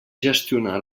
gestionar